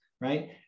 right